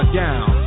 down